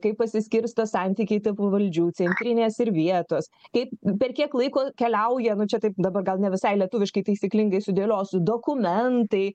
kaip pasiskirsto santykiai tarp valdžių centrinės ir vietos kaip per kiek laiko keliauja čia taip dabar gal ne visai lietuviškai taisyklingai sudėliosiu dokumentai